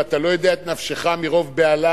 ואתה לא יודע את נפשך מרוב בהלה,